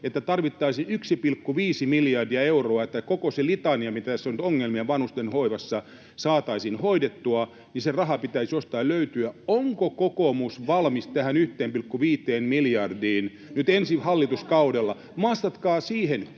että tarvittaisiin 1,5 miljardia euroa, että koko se litania, mitä tässä nyt on ongelmia vanhustenhoivassa, saataisiin hoidettua, niin se raha pitäisi jostain löytyä. Onko kokoomus valmis tähän 1,5 miljardiin nyt ensi hallituskaudella? Vastatkaa siihen